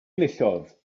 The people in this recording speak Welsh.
enillodd